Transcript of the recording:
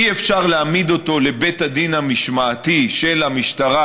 אי-אפשר להעמיד אותו בבית הדין המשמעתי של המשטרה,